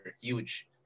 Huge